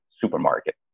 supermarket